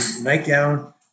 nightgown